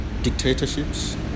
dictatorships